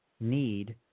need